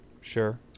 Sure